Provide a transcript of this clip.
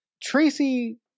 Tracy